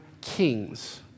kings